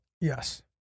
Yes